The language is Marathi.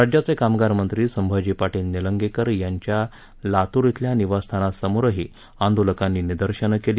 राज्याचे कामगारमंत्री संभाजी पाटील निलंगेकर यांच्या लातूर अिल्या निवासस्थानासमोरही आंदोलकांनी निदर्शनं केली